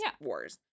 wars